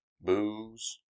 Booze